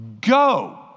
go